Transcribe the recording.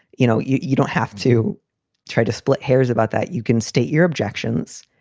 you know, you you don't have to try to split hairs about that. you can state your objections.